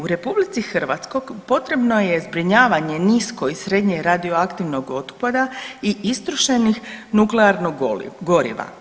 U RH potrebno je zbrinjavanje nisko i srednje radioaktivnog otpada i istrošenih nuklearnih goriva.